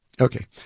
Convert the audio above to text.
okay